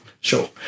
sure